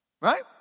Right